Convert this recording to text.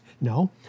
No